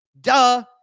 Duh